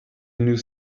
nous